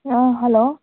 ఆ హలో